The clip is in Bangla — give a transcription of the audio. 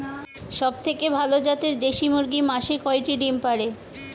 সবথেকে ভালো জাতের দেশি মুরগি মাসে কয়টি ডিম পাড়ে?